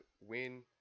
win